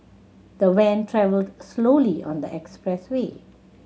the van travelled slowly on the expressway